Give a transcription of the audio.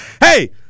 Hey